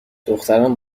دختران